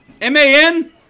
M-A-N